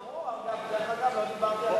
ברור, אבל אגב, לא דיברתי על